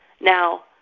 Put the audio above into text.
Now